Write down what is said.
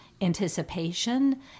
anticipation